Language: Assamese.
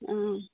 অঁ